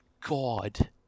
god